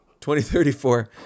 2034